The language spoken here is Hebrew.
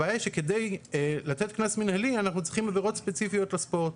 הבעיה היא שכדי לתת קנס מנהלי אנחנו צריכים עבירות ספציפיות לספורט,